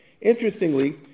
Interestingly